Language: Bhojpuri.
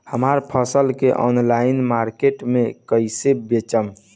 हमार फसल के ऑनलाइन मार्केट मे कैसे बेचम?